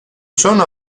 sono